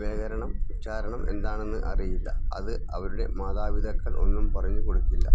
വ്യാകരണം ഉച്ഛാരണം എന്താണെന്ന് അറിയില്ല അത് അവരുടെ മാതാപിതാക്കൾ ഒന്നും പറഞ്ഞു കൊടുക്കില്ല